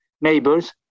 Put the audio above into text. neighbors